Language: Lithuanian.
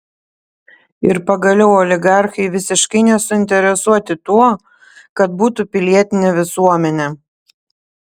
ir pagaliau oligarchai visiškai nesuinteresuoti tuo kad būtų pilietinė visuomenė